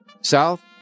South